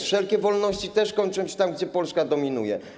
Wszelkie wolności też kończą się tam, gdzie Polska dominuje.